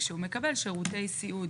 כשהוא מקבל שירותי סיעוד.